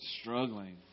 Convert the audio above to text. struggling